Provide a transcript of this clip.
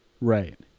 Right